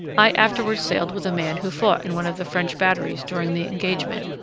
i afterwards sailed with a man who fought in one of the french batteries during the engagement,